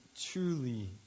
truly